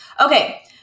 Okay